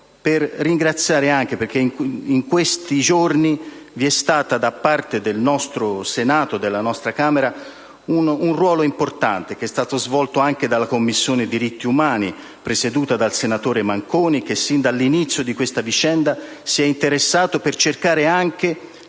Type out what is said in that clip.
per ringraziare, perché in questi giorni è stato svolto da parte del nostro Senato e della nostra Camera un ruolo importante, svolto anche dalla Commissione diritti umani, presieduta dal senatore Manconi, che sin dall'inizio di questa vicenda si è interessato per cercare di